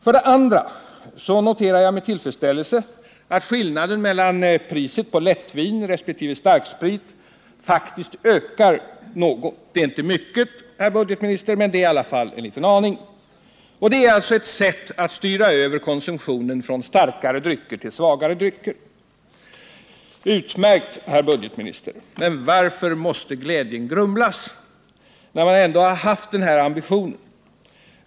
För det andra noterar jag med tillfredsställelse att skillnaden mellan priset på lättvin resp. starksprit faktiskt ökar — det är inte fråga om någon större ökning, herr budgetminister, men skillnaden blir en aning större. Detta är ett sätt att styra över konsumtionen från starkare till svagare drycker. Utmärkt, herr budgetminister! Men varför måste glädjen grumlas, när den här ambitionen ändå funnits?